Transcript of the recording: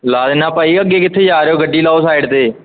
ਲਾ ਦਿੰਦਾ ਭਾਅ ਜੀ ਅੱਗੇ ਕਿੱਥੇ ਜਾ ਰਹੇ ਹੋ ਗੱਡੀ ਲਗਾਓ ਸਾਈਡ 'ਤੇ